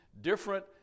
Different